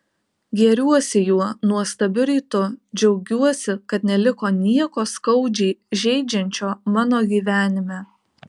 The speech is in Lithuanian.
gėriuosi juo nuostabiu rytu džiaugiuosi kad neliko nieko skaudžiai žeidžiančio mano gyvenime